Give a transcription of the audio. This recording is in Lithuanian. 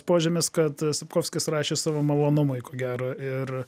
požymis kad sapkovskis rašė savo malonumui ko gero ir